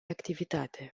activitate